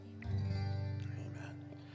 Amen